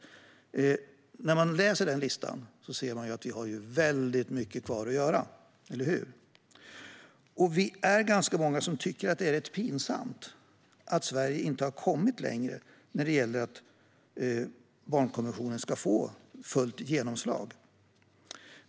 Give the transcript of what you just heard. När man läser denna lista ser man att vi har väldigt mycket kvar att göra, eller hur? Vi är ganska många som tycker att det är rätt pinsamt att Sverige inte har kommit längre när det gäller att barnkonventionen ska få fullt genomslag.